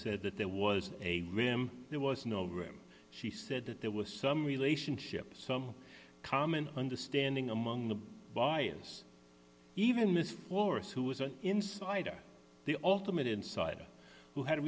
said that there was a rim there was no room she said that there was some relationship some common understanding among the bias even miss force who was an insider the ultimate insider who had a